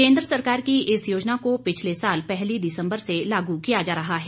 केन्द्र सरकार की इस योजना को पिछले साल पहली दिसम्बर से लागू किया जा रहा है